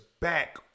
back